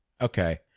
Okay